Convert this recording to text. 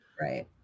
Right